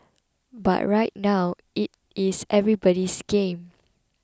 but right now it is everybody's game